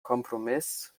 kompromiss